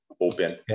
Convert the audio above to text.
open